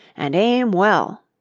and aim well!